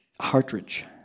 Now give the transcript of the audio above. Hartridge